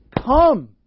Come